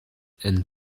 and